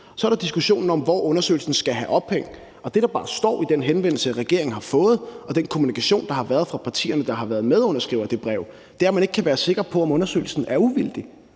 Så er der diskussionen om, hvor undersøgelsen skal have ophæng. Og det, der bare står i den henvendelse, regeringen har fået, og den kommunikation, der har været fra partierne, der har været medunderskrivere af det brev, er, at man ikke kan være sikker på, om undersøgelsen er uvildig.